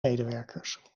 medewerkers